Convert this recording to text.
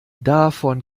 davon